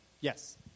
Yes